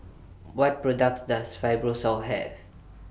What products Does Fibrosol Have